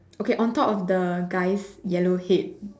okay on top of the guy's yellow head